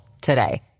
today